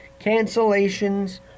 cancellations